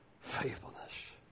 faithfulness